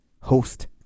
host